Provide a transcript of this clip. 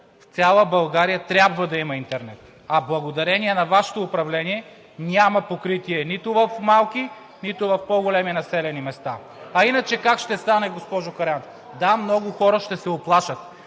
в цяла България трябва да има интернет, а благодарение на Вашето управление няма покритие нито в малки, нито в по-големи населени места. А иначе как ще стане, госпожо Караянчева? Да, много хора ще се уплашат,